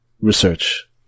research